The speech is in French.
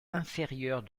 inférieure